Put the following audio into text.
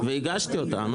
הסתייגויות המחנה